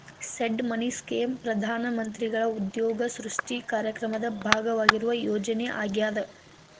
seed money scheme ಪ್ರಧಾನ ಮಂತ್ರಿಗಳ ಉದ್ಯೋಗ ಸೃಷ್ಟಿ ಕಾರ್ಯಕ್ರಮದ ಭಾಗವಾಗಿರುವ ಯೋಜನೆ ಆಗ್ಯಾದ